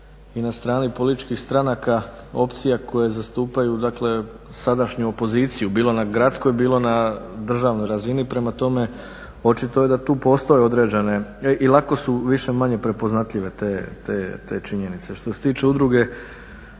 i na strani političkih stranaka opcija koje zastupaju, dakle sadašnju opoziciju bilo na gradskoj, bilo na državnoj razini. Prema tome, očito je da tu postoje određene i lako su više-manje prepoznatljive te činjenice. Što se tiče udruga